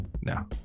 No